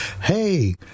hey